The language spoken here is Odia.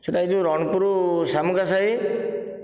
ସେହିଟା ଏହି ହି ରଣପୁର ଶାମୁକା ସାହି